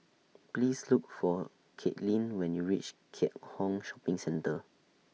Please Look For Katelyn when YOU REACH Keat Hong Shopping Centre